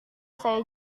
saya